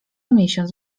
miesiąc